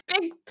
big